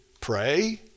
Pray